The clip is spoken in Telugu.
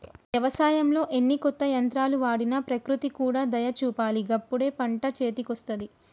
వ్యవసాయంలో ఎన్ని కొత్త యంత్రాలు వాడినా ప్రకృతి కూడా దయ చూపాలి గప్పుడే పంట చేతికొస్తది